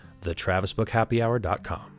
thetravisbookhappyhour.com